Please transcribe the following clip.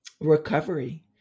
recovery